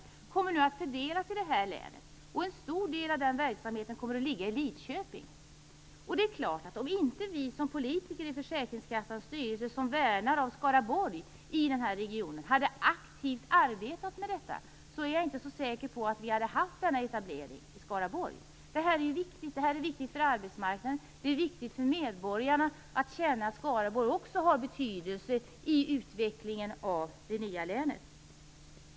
Detta kommer nu att fördelas i det här länet, och en stor del av verksamheten kommer att ligga i Lidköping. Om inte vi politiker i försäkringskassans styrelse som värnar om Skaraborg i den här regionen aktivt hade arbetat med detta, är jag inte så säker på att vi hade fått denna etablering i Skaraborg. Det här är viktigt för arbetsmarknaden. Det är viktigt för medborgarna att känna att Skaraborg också har betydelse i utvecklingen av det nya länet.